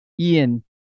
Ian